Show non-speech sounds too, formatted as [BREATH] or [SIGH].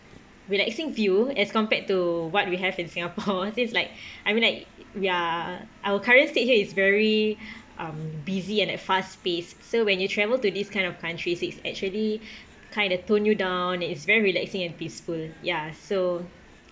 relaxing view as compared to what we have in singapore [LAUGHS] since like [BREATH] I mean like ya our current state here is very [BREATH] um busy and at fast pace so when you travel to this kind of countries it's actually [BREATH] kind of tone you down it's very relaxing and peaceful ya so